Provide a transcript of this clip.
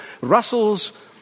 Russell's